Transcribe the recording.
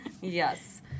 Yes